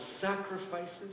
sacrifices